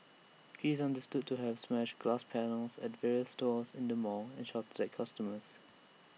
he is understood to have smashed glass panels at various stores in the mall and shouted at customers